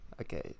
okay